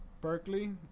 Berkeley